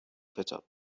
کتاب